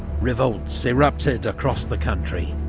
revolts erupted across the country.